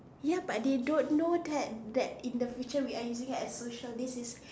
ya but they don't know that that in the future we are using it as social this is